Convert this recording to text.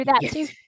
Yes